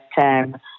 term